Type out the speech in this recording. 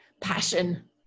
Passion